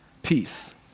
peace